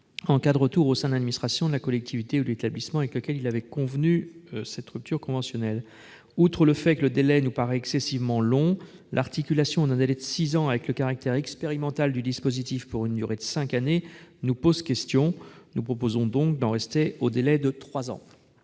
en cas de retour au sein de l'administration, de la collectivité ou de l'établissement avec lequel il avait convenu d'une rupture conventionnelle. Outre le fait que le délai nous paraît excessivement long, l'articulation d'un délai de six ans avec le caractère expérimental du dispositif pour une durée de cinq années pose question. Il est donc proposé d'en rester au délai de trois